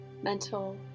mental